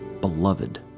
beloved